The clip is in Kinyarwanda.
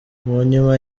munyuma